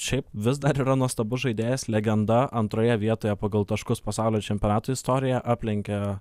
šiaip vis dar yra nuostabus žaidėjas legenda antroje vietoje pagal taškus pasaulio čempionatų istorijoje aplenkė